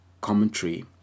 commentary